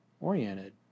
oriented